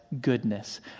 goodness